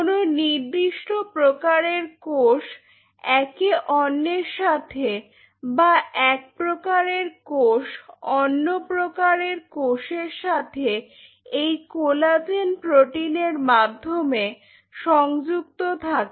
কোন নির্দিষ্ট প্রকারের কোষ একে অন্যের সাথে বা এক প্রকারের কোষ অন্যপ্রকারের কোষের সাথে এই কোলাজেন প্রোটিনের মাধ্যমে সংযুক্ত থাকে